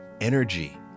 Energy